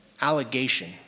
allegation